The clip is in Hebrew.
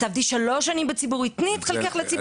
תעבדי שלוש שנים בציבורי תני את חלקך לציבורי.